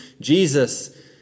Jesus